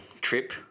trip